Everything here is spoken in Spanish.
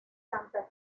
santa